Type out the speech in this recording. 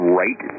right